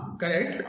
correct